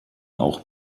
auch